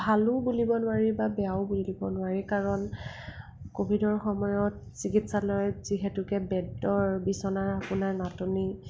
ভালো বুলিব নোৱাৰি বা বেয়াও বুলিব নোৱাৰি কাৰণ কভিডৰ সময়ত চিকিৎসালয়ত যিহেতুকে বেডৰ বিচনা আপোনাৰ নাটনি